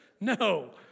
No